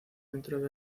dentro